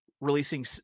releasing